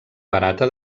barata